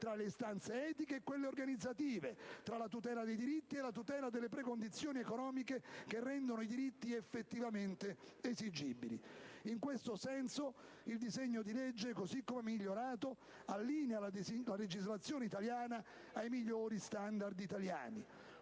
tra le istanze etiche e quelle organizzative, tra la tutela dei diritti e la tutela delle precondizioni economiche che rendono i diritti effettivamente esigibili. In questo senso, il disegno di legge, così come migliorato, allinea la legislazione italiana ai migliori standard europei.